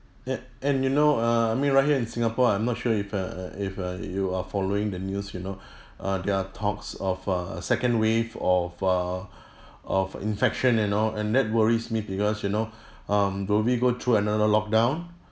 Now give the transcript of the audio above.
eh and you know uh I mean right here in singapore I'm not sure if err if uh you are following the news you know uh there are talks of a second wave of err of infection you know and that worries me because you know um will we go through another lockdown